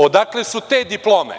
Odakle su te diplome?